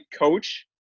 coach